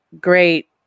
great